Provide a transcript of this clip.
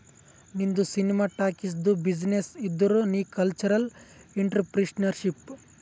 ನಿಂದು ಸಿನಿಮಾ ಟಾಕೀಸ್ದು ಬಿಸಿನ್ನೆಸ್ ಇದ್ದುರ್ ನೀ ಕಲ್ಚರಲ್ ಇಂಟ್ರಪ್ರಿನರ್ಶಿಪ್